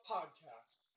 Podcast